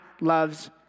loves